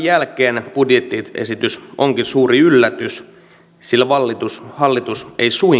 jälkeen budjettiesitys onkin suuri yllätys sillä hallitus ei suinkaan vähennä velanottoa